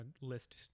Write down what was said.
list